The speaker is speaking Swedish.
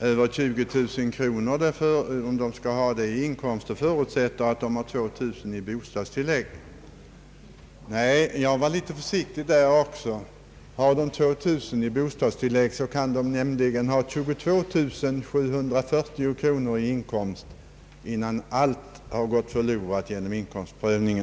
på över 20000 kronor i inkomst förutsätter att vederbörande har 2 000 kronor i bostadstillägg. Nej, jag var litet försiktig där. Har de 2000 kronor i bostadstillägg, kan de nämligen ha 22 740 kronor i inkomst, innan allt har gått förlorat genom inkomstprövningen.